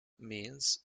means